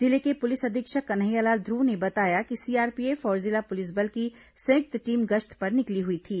जिले के पुलिस अधीक्षक कन्हैयालाल ध्रव ने बताया कि सीआरपीएफ और जिला पुलिस बल की संयुक्त टीम गश्त पर निकली हुई थी